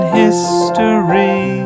history